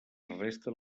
resten